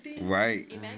Right